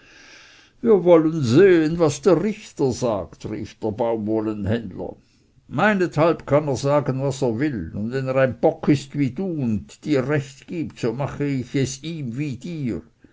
wir wollen sehen was der richter sagt rief der baumwollenhändler meinethalben kann er sagen was er will und wenn er ein bock ist wie du und dir recht gibt so mache ich es ihm wie dir